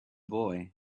boy